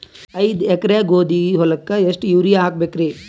ಐದ ಎಕರಿ ಗೋಧಿ ಹೊಲಕ್ಕ ಎಷ್ಟ ಯೂರಿಯಹಾಕಬೆಕ್ರಿ?